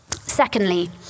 Secondly